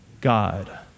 God